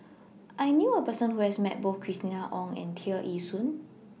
I knew A Person Who has Met Both Christina Ong and Tear Ee Soon